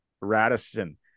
Radisson